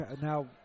Now